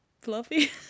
Fluffy